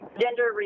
gender